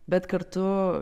bet kartu